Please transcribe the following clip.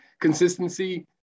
consistency